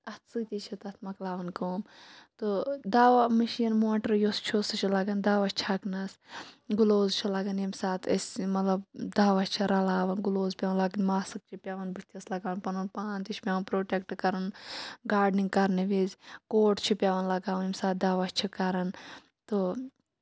اَتھ سۭتۍ چھِ تَتھ مۄکلاوان کٲم تہٕ دوا مِشیٖن موٹر یُس چھُ سُہ چھُ لَگان دوہ چھکنَس گٔلوؤز چھُ لَگان ییٚمہِ ساتہٕ أسۍ مطلب دو چھِ رَلاوان گٔلوؤز پیوان لاگٔنۍ ماسٔکۍ چھِ پیوان بٔتھِس لَگاؤنۍ پَنُن پان تہِ چھُ پیوان پروٹیکٹ کَرُن گاڑنِنگ کرنہٕ وِزِ کوٹ چھُ پیوان لَگاوُن ییٚمہِ ساتہٕ دوہ چھِ کران تہٕ